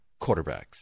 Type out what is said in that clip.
quarterbacks